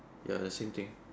ya the same thing